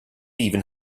even